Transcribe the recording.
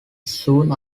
soon